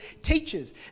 teachers